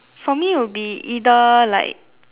for me would be either like